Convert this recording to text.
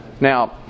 Now